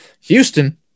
Houston